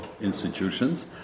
institutions